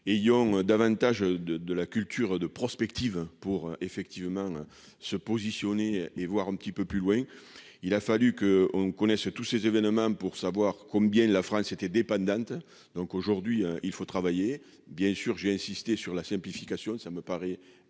ayant davantage de de la culture de prospective pour effectivement se positionner les voir un petit peu plus loin, il a fallu qu'on connaisse tous ces événements pour savoir combien la France était dépendante donc aujourd'hui, il faut travailler, bien sûr, j'ai insisté sur la simplification, ça me paraît